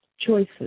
choices